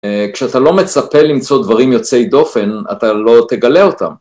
כשאתה לא מצפה למצוא דברים יוצאי דופן, אתה לא תגלה אותם.